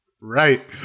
Right